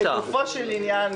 לגופו של עניין,